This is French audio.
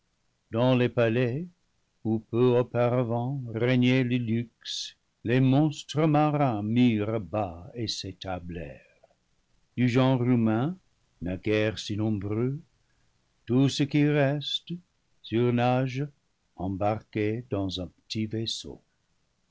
dans les palais où peu auparavant régnait le luxe les monstres marins mirent bas et s'établèrent du genre humain naguère si nombreux tout ce qui reste surnage embarqué dans un petit vaisseau